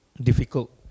difficult